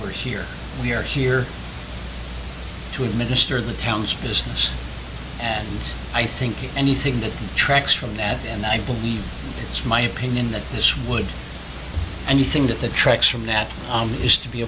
we're here we're here to administer the town's business and i think anything that tracks from that and i believe it's my opinion that this would and you think that the tracks from that is to be